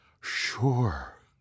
Sure